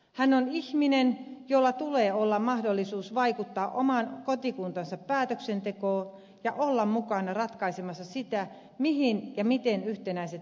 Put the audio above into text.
hän on ihminen jolla tulee olla mahdollisuus vaikuttaa oman kotikuntansa päätöksentekoon ja olla mukana ratkaisemassa sitä mihin ja miten yhtenäiset verovarat käytetään